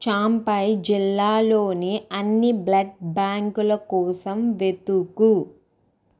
చాంపాయి జిల్లాలోని అన్ని బ్లడ్ బ్యాంకుల కోసం వెతుకు